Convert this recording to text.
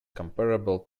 comparable